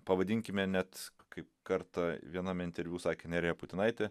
pavadinkime net kaip kartą viename interviu sakė nerija putinaitė